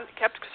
kept